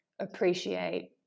appreciate